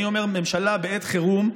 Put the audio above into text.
אני אומר: ממשלה בעת חירום,